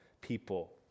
people